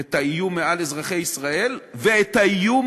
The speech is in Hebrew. את האיום מעל אזרחי ישראל ואת האיום